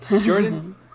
jordan